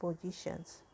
positions